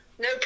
no